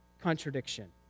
contradiction